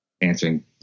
answering